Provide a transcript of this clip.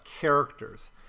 characters